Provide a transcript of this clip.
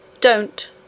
Don't